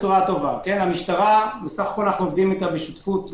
אנחנו עובדים עם המשטרה בשותפות מלאה,